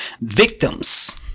victims